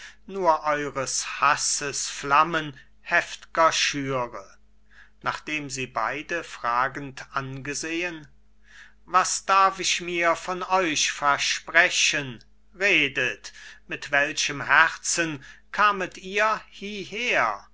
nur eures hasses flammen heft'ger schüre nachdem sie beide fragend angesehen was darf ich mir von euch versprechen redet mit welchem herzen kamet ihr hieher